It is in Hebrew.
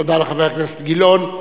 תודה לחבר הכנסת גילאון.